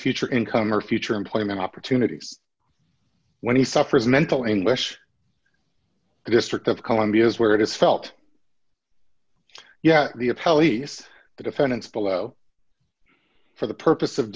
future income or future employment opportunities when he suffers mental anguish the district of columbia is where it is felt yet the a pelleas the defendants below for the purpose of